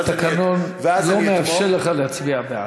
גם התקנון לא מאפשר לך להצביע בעד.